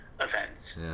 events